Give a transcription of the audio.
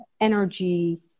energy